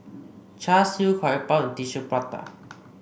Char Siu Curry Puff and Tissue Prata